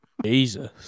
Jesus